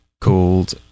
called